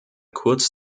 kurz